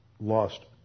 lost